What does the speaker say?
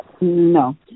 No